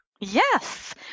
Yes